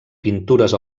pintures